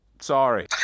Sorry